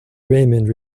raymond